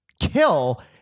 kill